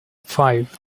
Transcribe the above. five